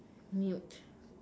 mute